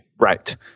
Right